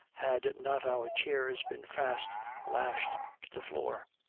had not our chairs been fast lashed to the floor.